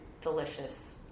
delicious